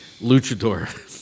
luchador